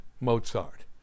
Mozart